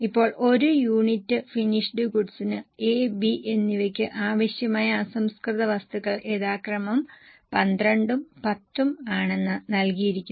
ഇപ്പോൾ 1 unit finished ഗുഡ്സിന് A B എന്നിവയ്ക്ക് ആവശ്യമായ അസംസ്കൃത വസ്തുക്കൾ യഥാക്രമം 12 ഉം 10 ഉം ആണെന്ന് നൽകിയിരിക്കുന്നു